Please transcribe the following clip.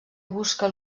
busca